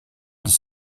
des